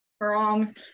Wrong